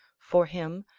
for him,